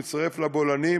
מצטרף לבולענים,